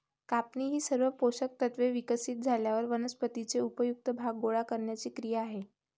कापणी ही सर्व पोषक तत्त्वे विकसित झाल्यावर वनस्पतीचे उपयुक्त भाग गोळा करण्याची क्रिया आहे